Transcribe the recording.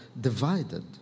divided